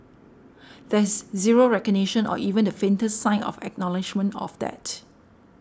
there's zero recognition or even the faintest sign of acknowledgement of that